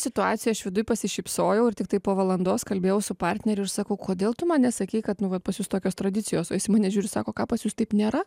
situacijoj aš viduj pasišypsojau ir tiktai po valandos kalbėjau su partneriu ir sakau kodėl tu man nesakei kad nu va pas jus tokios tradicijos o jis į mane žiūri sako ką pas jus taip nėra